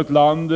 Ett land